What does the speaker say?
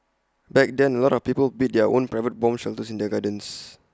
back then A lot of people built their own private bomb shelters in their gardens